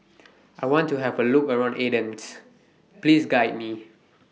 I want to Have A Look around Athens Please Guide Me